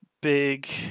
big